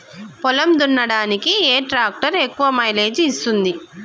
పొలం దున్నడానికి ఏ ట్రాక్టర్ ఎక్కువ మైలేజ్ ఇస్తుంది?